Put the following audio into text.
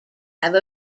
have